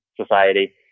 society